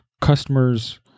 customers